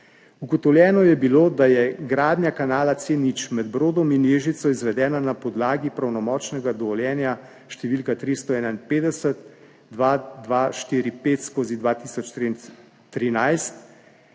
Ugotovljeno je bilo, da je gradnja kanala C0 med Brodom in Ježico izvedena na podlagi pravnomočnega dovoljenja številka 351-2245/2013-35